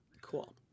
Cool